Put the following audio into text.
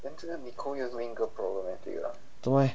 做么 leh